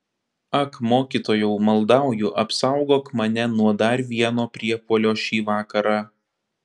ak mokytojau maldauju apsaugok mane nuo dar vieno priepuolio šį vakarą